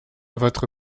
votre